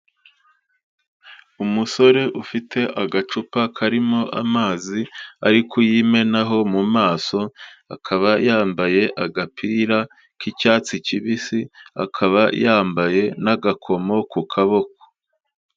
Umusore ufite agacupa karimo amazi ari kuyimenaho mu maso, akaba yambaye agapira k'icyatsi kibisi, akaba yambaye n'agakomo ku kaboko.